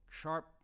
sharp